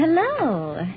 Hello